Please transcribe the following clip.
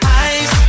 eyes